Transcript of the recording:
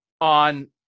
on